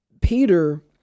Peter